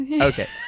okay